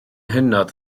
hynod